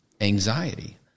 Anxiety